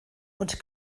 und